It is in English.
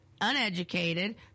uneducated